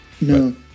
No